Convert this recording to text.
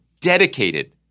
dedicated